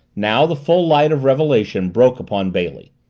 now the full light of revelation broke upon bailey.